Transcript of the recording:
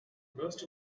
most